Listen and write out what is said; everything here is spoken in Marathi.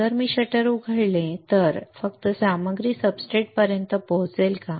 जर मी शटर उघडले तर फक्त सामग्री सब्सट्रेटपर्यंत पोहोचेल का